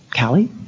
Callie